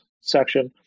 section